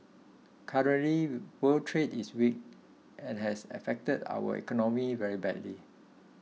currently world trade is weak and has affected our economy very badly